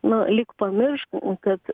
nu lyg pamiršk kad